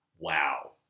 wow